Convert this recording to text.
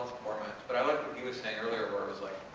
but um ah saying earlier, where it was, like,